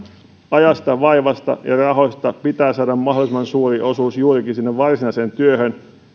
ajasta vaivasta ja rahoista pitää saada mahdollisimman suuri osuus juurikin sinne varsinaiseen työhön